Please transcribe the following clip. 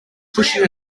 pushing